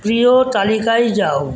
প্রিয় তালিকায় যাও